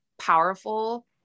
powerful